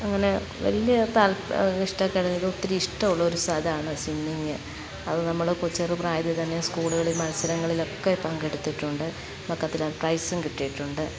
അങ്ങനെ വലിയ ഇഷ്ടക്കേടില്ല ഒത്തിരി ഇഷ്ടമുള്ളൊരു ഇതാണ് സ്വിമ്മിങ്ങ് അതു നമ്മൾ ചെറുപ്രായത്തിൽ തന്നെ സ്കൂളുകളിൽ മത്സരങ്ങളിലൊക്കെ പങ്കെടുത്തിട്ടുണ്ട് നമുക്ക് അതിൽ പ്രൈസും കിട്ടിയിട്ടുണ്ട്